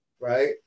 right